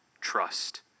trust